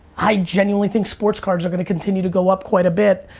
i genuinely think sports cards are gonna continue to go up quite a bit.